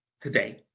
today